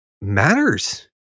matters